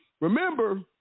Remember